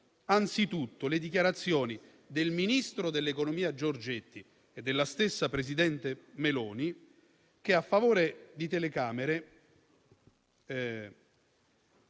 anzitutto le dichiarazioni del ministro dell'economia Giorgetti e della stessa presidente Meloni, che, a favore delle telecamere,